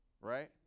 right